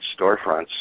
storefronts